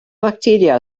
facteria